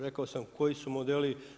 Rekao sam koji su modeli.